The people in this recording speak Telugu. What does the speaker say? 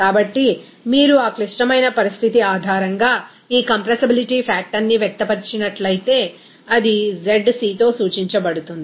కాబట్టి మీరు ఆ క్లిష్టమైన పరిస్థితి ఆధారంగా ఈ కంప్రెసిబిలిటీ ఫ్యాక్టర్ని వ్యక్తపరిచినట్లయితే అది zcతో సూచించబడుతుంది